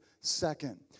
second